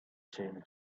change